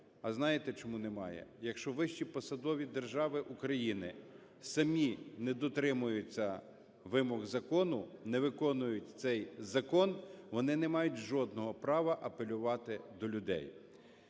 А знаєте, чому не має? Якщо вищі посадовці держави України самі не дотримуються вимог закону, не виконують цей закон, вони не мають жодного права апелювати до людей.